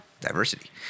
Diversity